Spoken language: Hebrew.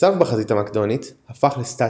המצב בחזית המקדונית הפך לסטאטי,